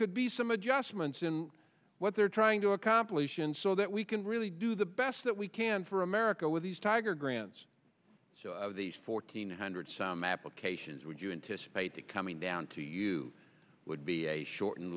could be some adjustments in what they're trying to accomplish and so that we can really do the best that we can for america with these tiger grants so these fourteen hundred some applications would you anticipate that coming down to you would be a shorten